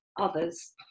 others